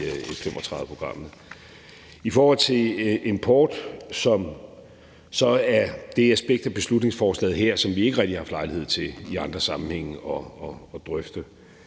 I forhold til importen er det et aspekt af beslutningsforslaget her, som vi ikke rigtig har haft lejlighed til at drøfte i andre sammenhænge.